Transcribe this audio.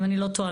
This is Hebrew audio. אם אני לא טועה,